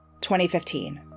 2015